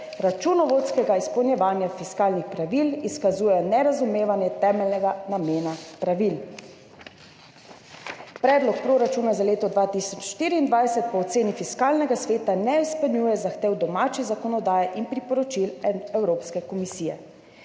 računovodskega izpolnjevanja fiskalnih pravil, izkazujejo nerazumevanje temeljnega namena pravil. Predlog proračuna za leto 2024 po oceni Fiskalnega sveta ne izpolnjuje zahtev domače zakonodaje in priporočil Evropske komisije.«